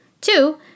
Two